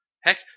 Heck